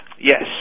Yes